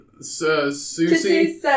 Susie